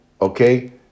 okay